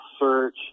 search